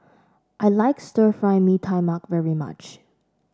I like Stir Fry Mee Tai Mak very much